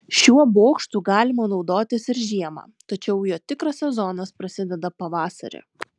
šiuo bokštu galima naudotis ir žiemą tačiau jo tikras sezonas prasideda pavasarį